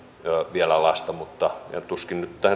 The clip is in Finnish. vielä lasta tuskin